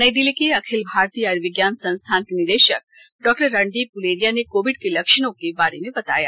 नई दिल्ली के अखिल भारतीय आयुर्विज्ञान संस्थान के निदेशक डॉक्टर रणदीप गुलेरिया ने कोविड के लक्षणों के बारे में बताया